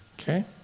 Okay